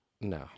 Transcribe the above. No